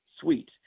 suite